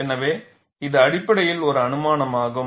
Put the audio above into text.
எனவே இது அடிப்படையில் ஒரு அனுமானமாகும்